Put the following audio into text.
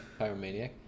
pyromaniac